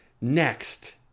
next